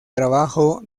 trabajo